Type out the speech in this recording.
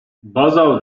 basal